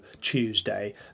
Tuesday